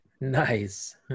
Nice